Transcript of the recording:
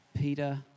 Peter